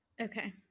Okay